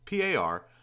PAR